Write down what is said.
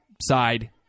side